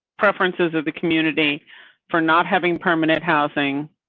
preferences of the community for not having permanent housing.